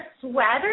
sweater